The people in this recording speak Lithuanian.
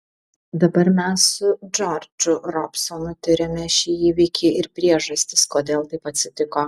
dabar mes su džordžu robsonu tiriame šį įvykį ir priežastis kodėl taip atsitiko